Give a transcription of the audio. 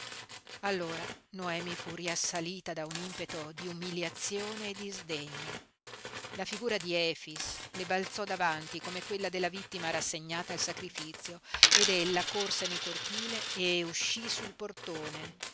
allora noemi fu riassalita da un impeto di umiliazione e di sdegno la figura di efix le balzò davanti come quella della vittima rassegnata al sacrifizio ed ella corse nel cortile e uscí sul portone